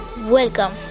Welcome